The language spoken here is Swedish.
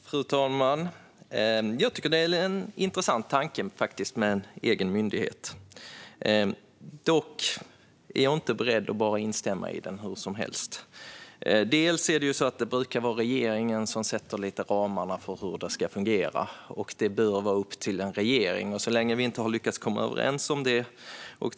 Fru talman! Jag tycker att det är en intressant tanke med en egen myndighet. Dock är jag inte beredd att instämma i detta hur som helst. Det brukar vara regeringen som sätter ramarna för hur det ska fungera, och detta bör vara upp till en regering. Hittills har vi inte lyckats komma överens i regeringsfrågan.